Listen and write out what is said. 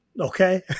Okay